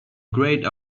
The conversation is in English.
great